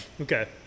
Okay